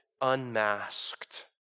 unmasked